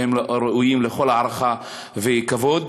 והם ראויים לכל הערכה וכבוד.